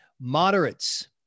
moderates